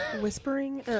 whispering